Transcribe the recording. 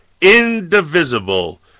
indivisible